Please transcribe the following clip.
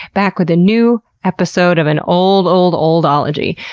back with a new episode of an old, old, old ology.